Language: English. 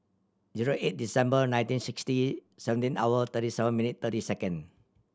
zero eight Deceber nineteen sixty seventeen hour thirty seven minute thirty second